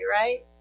right